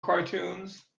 cartoons